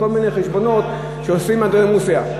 כל מיני חשבונות שעושים אנדרלמוסיה.